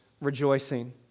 rejoicing